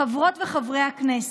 חברות וחברי הכנסת,